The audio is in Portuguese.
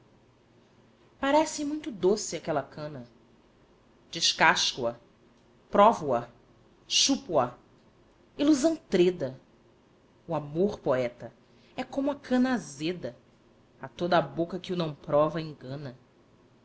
parece muito doce aquela cana descasco a provo a chupo a ilusão treda o amor poeta é como a cana azeda a toda a boca que o não prova engana